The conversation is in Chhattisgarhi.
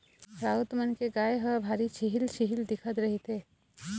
राउत मन के गाय ह भारी छिहिल छिहिल दिखत रहिथे